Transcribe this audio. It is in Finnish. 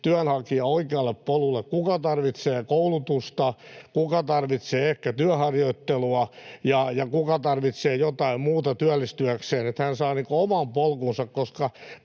työnhakija oikealle polulle — kuka tarvitsee koulutusta, kuka tarvitsee ehkä työharjoittelua ja kuka tarvitsee jotain muuta työllistyäkseen — että hän saa oman polkunsa, koska